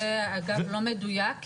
זה אגב לא מדויק,